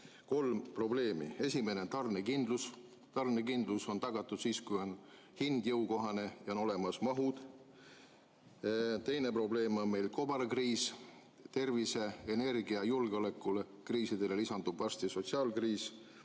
kolm probleemi. Esimene on tarnekindlus. Tarnekindlus on tagatud siis, kui hind on jõukohane ja on olemas mahud. Teine probleem on meil kobarkriis – tervise-, energia- ja julgeolekukriisile lisandub varsti sotsiaalkriis.